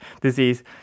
disease